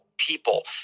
People